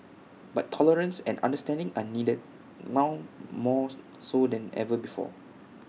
but tolerance and understanding are needed now mores so than ever before